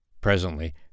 Presently